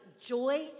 joy